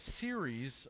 series